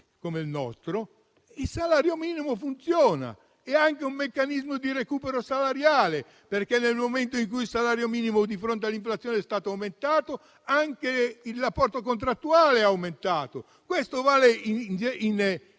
contrattuale, il salario minimo funziona. È anche un meccanismo di recupero salariale, perché, nel momento in cui il salario minimo di fronte all'inflazione viene aumentato, anche il rapporto contrattuale è aumentato. Questo vale in